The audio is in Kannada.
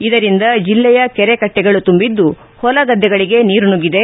ಇದರಿಂದ ಜಿಲ್ಲೆಯ ಕೆರೆ ಕಟ್ಟೆಗಳು ತುಂಬಿದ್ದು ಹೊಲ ಗದ್ದೆಗಳಿಗೆ ನೀರು ನುಗ್ಗಿದೆ